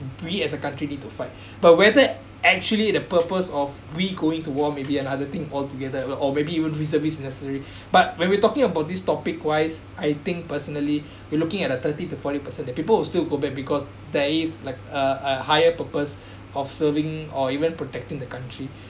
we as a country need to fight but whether actually the purpose of we going to war maybe another thing altogether or or maybe even reservists is necessary but when we talking about this topic wise I think personally we're looking at thirty to forty percent there people will still go back because there is like uh uh higher purpose of serving or even protecting the country